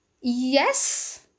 Yes